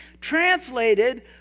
translated